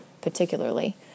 particularly